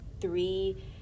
three